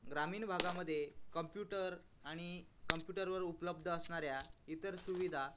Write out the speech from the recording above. ग्रामीण भागामध्ये कम्प्युटर आणि कम्प्युटरवर उपलब्ध असणाऱ्या इतर सुविधा